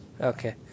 Okay